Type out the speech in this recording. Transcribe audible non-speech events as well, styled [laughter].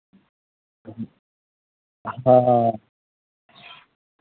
[unintelligible] हँ